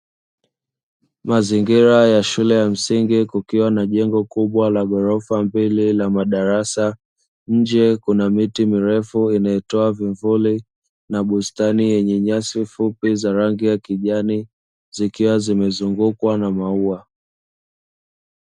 Mazingira ya shule ya msingi kukiwa na jengo kubwa la ghorofa mbili la madarasa, nje kuna miti mirefu inayotoa vivuli na bustani yenye nyasi fupi za rangi ya kijani zikiwa zimezungukwa na maua.